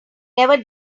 never